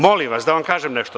Molim vas, da vam kažem nešto.